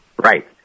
Right